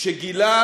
שגילה